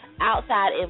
outside